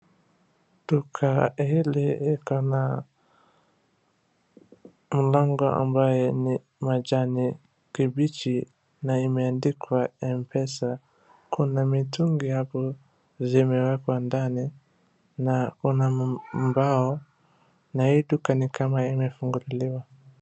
Duka hili liko na mlango ambayo ni majani kibichi na imeandikwa mpesa, kuna mitungi hapo zimewekwa ndani na kuna mbao na hii duka ni kama imefunguliwa.